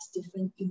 different